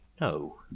no